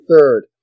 third